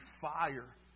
fire